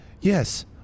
Yes